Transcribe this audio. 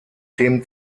dem